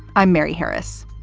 i'm mary harris.